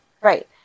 Right